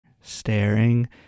staring